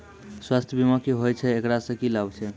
स्वास्थ्य बीमा की होय छै, एकरा से की लाभ छै?